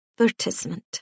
advertisement